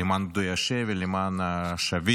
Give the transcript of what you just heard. למעל פדויי השבי, למען השבים.